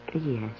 Yes